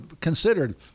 considered